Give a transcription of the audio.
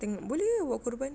boleh kan buat korban